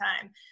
time